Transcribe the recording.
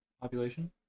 Population